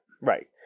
Right